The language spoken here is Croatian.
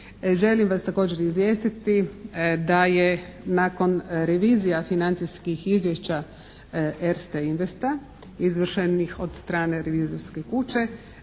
Želim vas također izvijestiti da je nakon revizija financijskih izvješća Erste Investa izvršenih od strane revizorske kuće